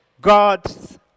God's